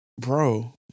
bro